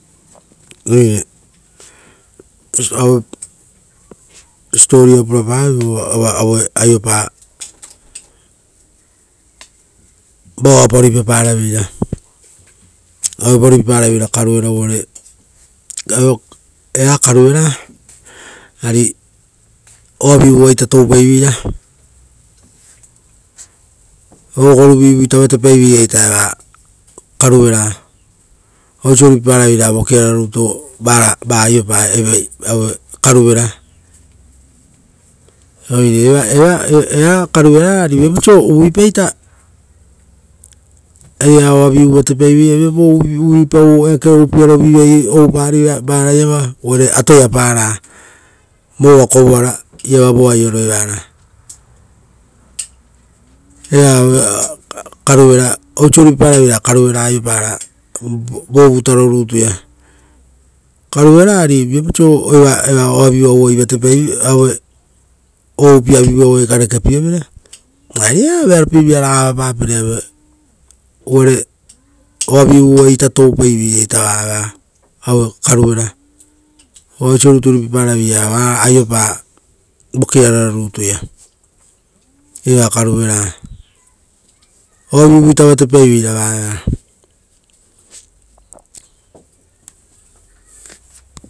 Oire siposipoa purapavoi vova aioa, vao oapa ruipaparaveira. Auepa ruipaparaveira karuvera uvare eva karuvera, ari oavivu. Vaita toupaiveira, o goruvivuita vatepaiveira eva karuvera. Osio ruipaparaveira ra vokiarutuia va. Aiopa eva karuvera. Oire eva karuvera ari, viapau oisio uvuipai ra o eake upiarovivai oupari vova kovoara iava vo aioro evara. Oaiava oisio ruipaparaveira ra karuvera aiopara vo vutaro rutuia karuvera, ari, viapau oisio o upiavivuavuvai karekepievere; ari eva vearopievira raga avapapere; uvare oavivuavuvaita toupaiveira va eva aue karuvera, uva oisio rutu ruipaparaveira ra varaga aoipa vokiara rutuia, eva karuvera, oavivuita vatepaiveira va eva.